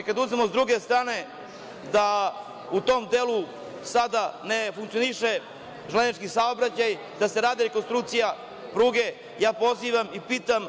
Kada uzmemo sa druge strane da u tom delu sada ne funkcioniše železnički saobraćaj, da se radi rekonstrukcija pruge, ja pozivam i pitam